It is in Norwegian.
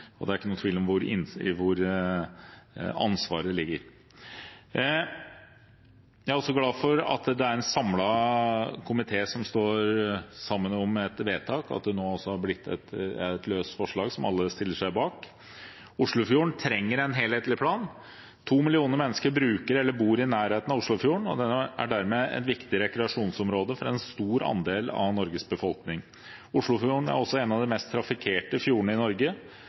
arbeidet. Det er ikke noen tvil om hvor ansvaret ligger. Jeg er også glad for at det er en samlet komité som står sammen om et vedtak, et løst forslag som alle stiller seg bak. Oslofjorden trenger en helhetlig plan. To millioner mennesker bruker eller bor i nærheten av Oslofjorden, og den er dermed et viktig rekreasjonsområde for en stor andel av Norges befolkning. Oslofjorden er også en av de mest trafikkerte fjordene i Norge.